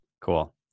cool